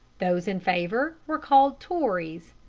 those in favor were called tories.